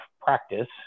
practice